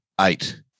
eight